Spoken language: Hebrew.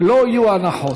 לא יהיו הנחות.